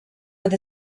with